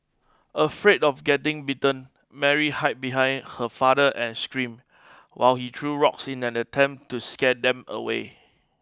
afraid of getting bitten Mary hide behind her father and scream while he threw rocks in an attempt to scare them away